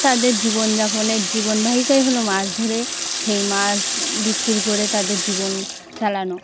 তাদের জীবনযাপনের জীবনবাহিকাই হলো মাছ ধরে সেই মাছ বিক্রি করে তাদের জীবন চালানো